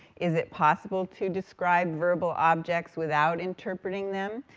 is it possible to describe verbal objects without interpreting them,